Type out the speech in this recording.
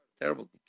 terrible